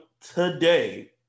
today